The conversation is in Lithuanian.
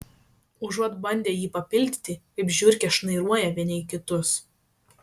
užuot bandę jį papildyti kaip žiurkės šnairuoja vieni į kitus